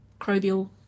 microbial